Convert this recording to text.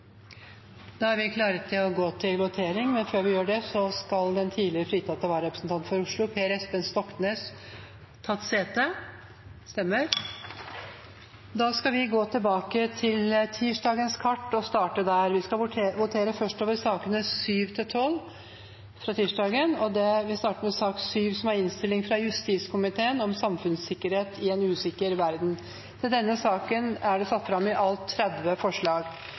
Da er vi klare til å gå til votering. Den tidligere fritatte vararepresentanten for Oslo, Per Espen Stoknes , er til stede og har tatt sete. Vi skal først votere over sakene nr. 7–12 fra tirsdagens kart. Under debatten er det satt fram i alt 30 forslag.